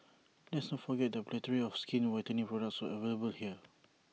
let's not forget the plethora of skin whitening products available here